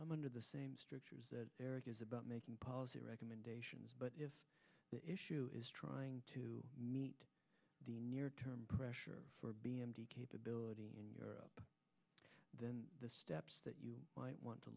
i'm under the same strictures as eric is about making policy recommendations but if the issue is trying to meet the near term pressure for b m d capability in europe then the steps that you might want to